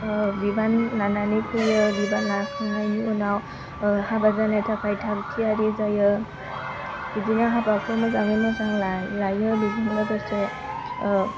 बिबान लानानै फैयो बिबान लाखांनायनि उनाव हाबा जानो थाखाय थाग थियारि जायो बिदिनो हाबाखौ मोजाङै मोजां लायो बेजों लोगोसे